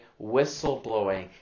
whistleblowing